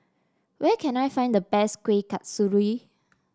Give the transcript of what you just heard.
where can I find the best Kueh Kasturi